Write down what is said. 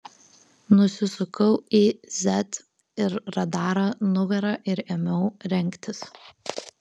nusisukau į z ir radarą nugara ir ėmiau rengtis